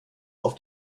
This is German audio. auf